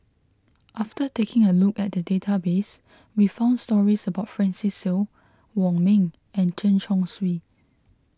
after taking a look at the database we found stories about Francis Seow Wong Ming and Chen Chong Swee